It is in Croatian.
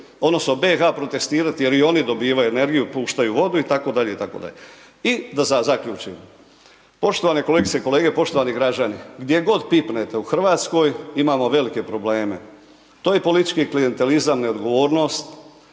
odnosno BiH protestirat jer i oni dobivaju energiju, puštaju vodu itd., itd. I da zaključim, poštovane kolegice i kolege, poštovani građani, gdje god pipnete u Hrvatskoj imamo velike probleme. To je politički klijentelizam, neodgovornost